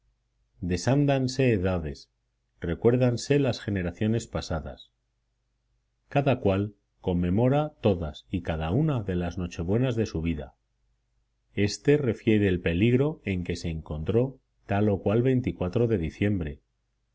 de los niños desándanse edades recuérdanse las generaciones pasadas cada cual conmemora todas y cada una de las nochebuenas de su vida éste refiere el peligro en que se encontró tal o cual de diciembre